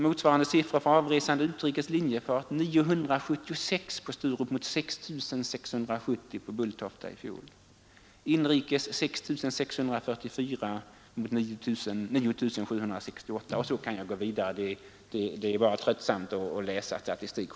Motsvarande siffror för avresande utrikes linjefart var 976 på Sturup mot 6 670 på Bulltofta i fjol, inrikes 6 644 mot 9 768 osv. Så skulle jag kunna fortsätta, men det är självfallet bara tröttande att höra på statistik.